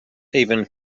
even